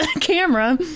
camera